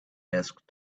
asked